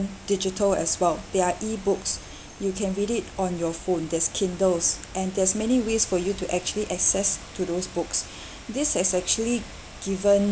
digital as well there're e-books you can read it on your phone there's kindles and there's many ways for you to actually access to those books this has actually given